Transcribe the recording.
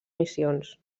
missions